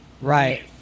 Right